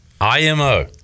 IMO